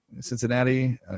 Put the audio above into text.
Cincinnati